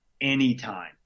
anytime